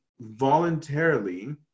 voluntarily